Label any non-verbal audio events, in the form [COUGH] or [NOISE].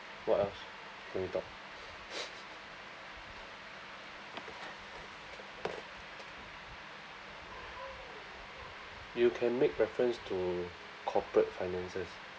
what else can we talk [NOISE] you can make reference to corporate finances